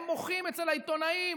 הם מוחים אצל העיתונאים,